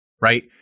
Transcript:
right